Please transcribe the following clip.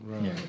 Right